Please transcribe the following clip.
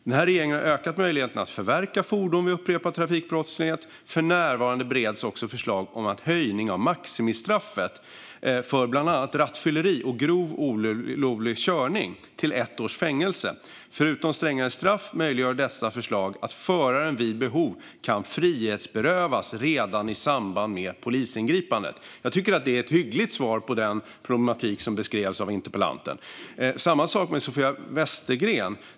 Den här regeringen har ökat möjligheterna att förverka fordon vid upprepad trafikbrottslighet. För närvarande bereds också förslag om en höjning av maximistraffet för bland annat rattfylleri och grov olovlig körning till ett års fängelse. Förutom strängare straff möjliggör dessa förslag att föraren vid behov kan frihetsberövas redan i samband med ett polisingripande. Jag tycker att detta är ett hyggligt svar på den problematik som beskrevs av interpellanten. Det är samma sak med Sofia Westergren.